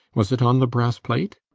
was it on the brass plate?